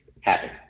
happen